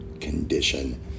condition